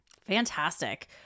Fantastic